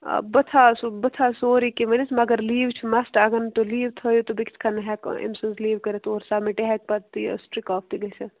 آ بہٕ تھاو سُہ بہٕ تھاو سورُے کیٚنٛہہ ؤنِتھ مگر لیٖو چھِ مَسٹہٕ اگر نہٕ تُہۍ لیٖو تھٲوِو تہٕ بہٕ کِتھٕ کٔنۍ ہیٚکہٕ أمۍ سٕنٛز لیٖو کٔرِتھ اورٕ سَبمِٹ یہِ ہیٚکہِ پتہٕ یہِ سِٹرِک آف تہِ گٔژھِتھ